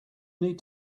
need